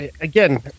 again